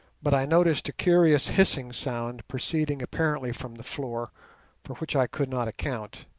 but i noticed a curious hissing sound proceeding apparently from the floor for which i could not account.